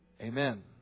Amen